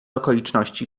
okoliczności